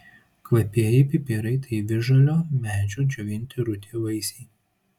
kvapieji pipirai tai visžalio medžio džiovinti rudi vaisiai